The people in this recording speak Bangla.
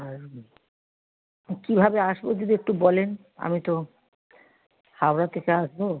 আর কীভাবে আসবো যদি একটু বলেন আমি তো হাওড়া থেকে আসবো